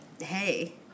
hey